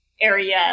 Area